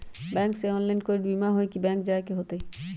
Bank से online कोई बिमा हो जाई कि बैंक जाए के होई त?